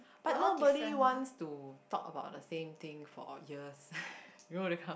but nobody wants to talk the about same thing for years you know that kind